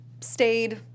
stayed